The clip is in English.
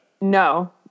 No